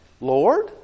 Lord